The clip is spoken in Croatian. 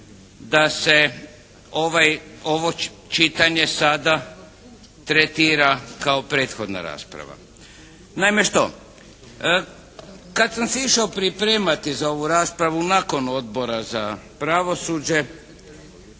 ovaj, ovo čitanje sada tretira kao prethodna rasprava. Naime što? Kad sam se išao pripremati za ovu raspravu nakon Odbora za pravosuđe